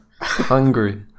hungry